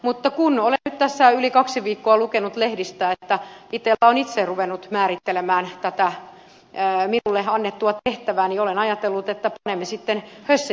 mutta kun olen nyt tässä yli kaksi viikkoa lukenut lehdistä että itella on itse ruvennut määrittelemään tätä minulle annettua tehtävää niin olen ajatellut että panemme sitten hösseliksi